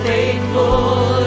Faithful